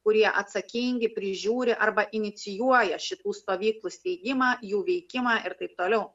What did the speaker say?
kurie atsakingi prižiūri arba inicijuoja šitų stovyklų steigimą jų veikimą ir taip toliau